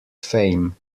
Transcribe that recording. fame